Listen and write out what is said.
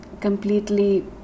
completely